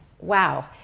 wow